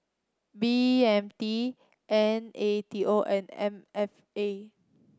B M T N A T O and M F A